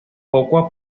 poco